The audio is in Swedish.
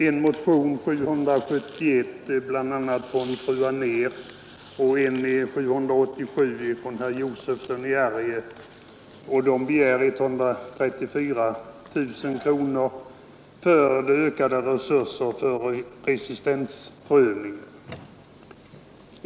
I motionen 771 av fru Anér och fru Hambraeus och i motionen 787 av herr Josefson i Arrie m.fl. begärs 134 000 kronor till ökade resurser för resistensprövning.